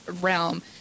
realm